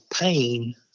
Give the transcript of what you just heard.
pain